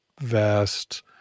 vast